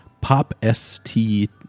POP-ST